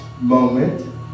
moment